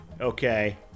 Okay